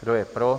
Kdo je pro?